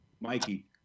Mikey